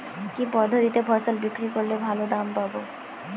কি পদ্ধতিতে ফসল বিক্রি করলে ভালো দাম পাব?